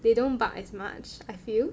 they don't bark as much I feel